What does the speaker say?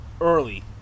Early